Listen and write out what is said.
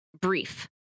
brief